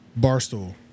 Barstool